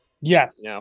Yes